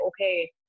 okay